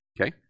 okay